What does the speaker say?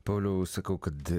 pauliau sakau kad